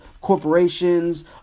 corporations